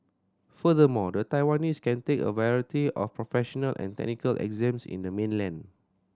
furthermore the Taiwanese can take a variety of professional and technical exams in the mainland